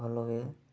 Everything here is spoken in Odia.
ଭଲରେ